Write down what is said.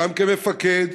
גם כמפקד,